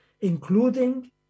including